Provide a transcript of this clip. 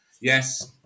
Yes